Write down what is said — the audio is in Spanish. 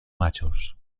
machos